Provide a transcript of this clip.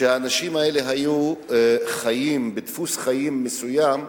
האנשים האלה היו חיים בדפוס חיים מסוים,